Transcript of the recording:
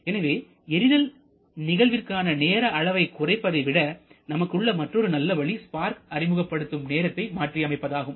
எனவே எரிதல் நிகழ்வதற்கான நேர அளவை குறைப்பதை விட நமக்கு உள்ள மற்றொரு நல்ல வழி ஸ்பார்க் அறிமுகப்படுத்தப்படும் நேரத்தை மாற்றி அமைப்பதாகும்